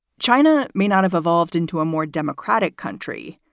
china may not have evolved into a more democratic country,